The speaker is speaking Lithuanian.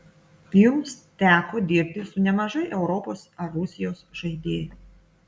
jums teko dirbti su nemažai europos ar rusijos žaidėjų